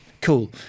cool